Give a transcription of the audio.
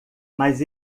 mas